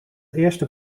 eerste